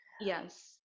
Yes